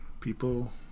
people